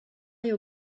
you